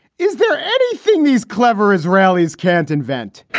is there anything these clever israelis can't invent?